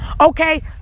Okay